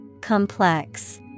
Complex